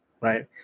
right